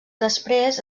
després